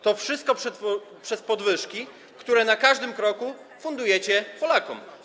To wszystko przez podwyżki, które na każdym kroku fundujecie Polakom.